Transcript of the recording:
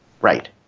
Right